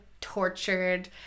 tortured